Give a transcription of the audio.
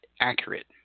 accurate